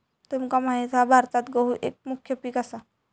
तुमका माहित हा भारतात गहु एक मुख्य पीक असा